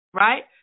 right